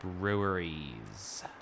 breweries